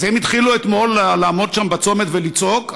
אז הם התחילו אתמול לעמוד שם בצומת ולצעוק.